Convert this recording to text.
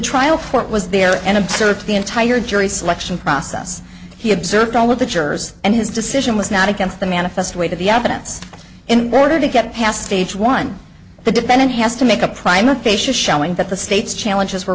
trial court was there and observed the entire jury selection process he observed all of the jurors and his decision was not against the manifest weight of the evidence in order to get past each one the defendant has to make a prime locations showing that the state's challenges were